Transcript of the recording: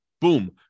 Boom